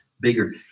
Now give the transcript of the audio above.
bigger